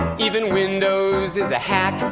even windows is a hack.